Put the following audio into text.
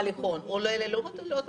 הוא עולה לאוטובוס?